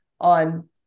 on